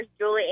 Julie